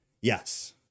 Yes